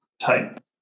type